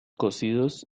cocidos